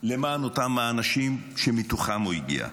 למען אותם האנשים שמתוכם הוא הגיע: